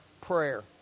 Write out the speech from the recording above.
prayer